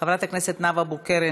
חברת הכנסת נאוה בוקר,